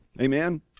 amen